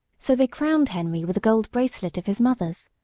so they crowned henry with a gold bracelet of his mother's.